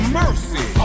mercy